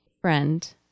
friend